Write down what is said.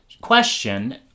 Question